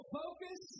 focus